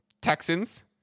Texans